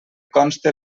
conste